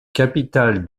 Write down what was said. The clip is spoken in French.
capital